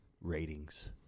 ratings